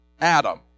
Adam